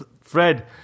Fred